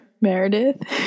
Meredith